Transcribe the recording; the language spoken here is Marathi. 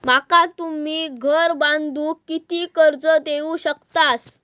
माका तुम्ही घर बांधूक किती कर्ज देवू शकतास?